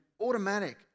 automatic